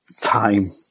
time